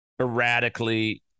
erratically